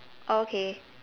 okay